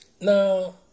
Now